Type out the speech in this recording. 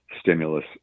stimulus